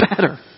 better